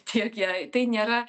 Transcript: tiek jei tai nėra